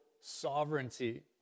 sovereignty